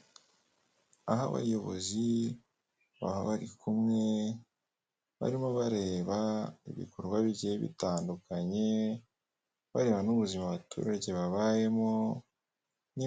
Iri iduka ricururizwamo ibintu bigiye bitandukanye harimo ibitenge abagore bambara bikabafasha